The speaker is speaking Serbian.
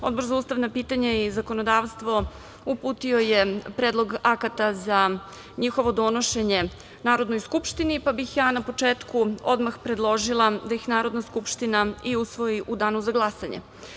Odbor za ustavna pitanja i zakonodavstvo uputio je Predlog akata za njihovo donošenje Narodnoj Skupštini, pa bih ja na početku odmah predložila da ih Narodna Skupština i usvoji u Danu za glasanje.